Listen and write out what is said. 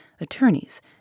attorneys